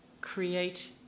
create